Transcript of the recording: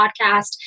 podcast